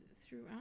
throughout